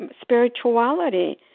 spirituality